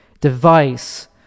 device